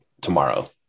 tomorrow